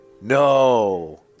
No